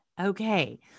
Okay